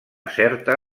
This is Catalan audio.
certa